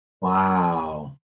wow